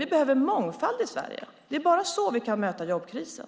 Vi behöver mångfald i Sverige. Det är bara så vi kan möta jobbkrisen.